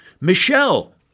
Michelle